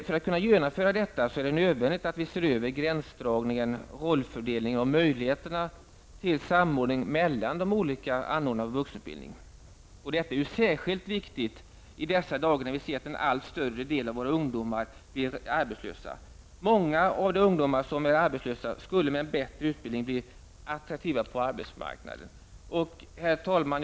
För att kunna genomföra detta är det nödvändigt att vi ser över gränsdragningen, rollfördelningen och möjligheterna till samordning mellan de olika anordnarna av vuxenutbildning. Detta är särskilt viktigt i dessa dagar när vi ser att en allt större del av våra ungdomar blir arbetslösa. Många av de ungdomar som är arbetslösa skulle med en bättre utbildning bli mera attraktiva på arbetsmarknaden. Herr talman!